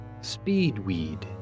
Speedweed